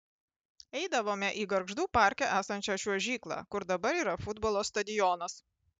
eidavome į gargždų parke esančią čiuožyklą kur dabar yra futbolo stadionas